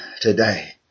today